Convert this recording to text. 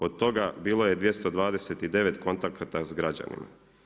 Od toga, bilo je 229 kontakata s građanima.